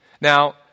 Now